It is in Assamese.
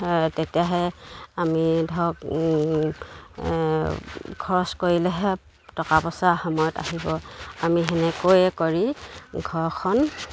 তেতিয়াহে আমি ধৰক খৰচ কৰিলেহে টকা পইচা সময়ত আহিব আমি সেনেকৈয়ে কৰি ঘৰখন